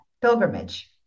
pilgrimage